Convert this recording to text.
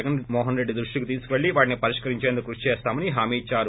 జగన్ మోహన్ రెడ్డి దృష్టికి తీసుకెళ్ళి వాటిని పరిష్కరించేందుకు కృషి చేస్తామని హామీ ఇచ్చారు